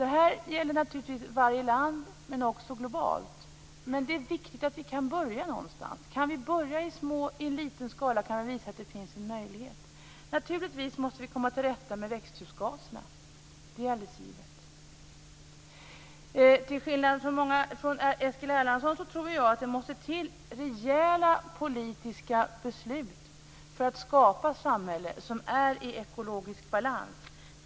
Det här gäller naturligtvis varje land, men också globalt. Men det är viktigt att vi kan börja någonstans. Kan vi börja i liten skala så kan vi visa att det finns en möjlighet. Naturligtvis måste vi komma till rätta med växthusgaserna. Det är alldeles givet. Till skillnad från Eskil Erlandsson tror jag att det måste till rejäla politiska beslut för att skapa ett samhälle som är i ekologisk balans.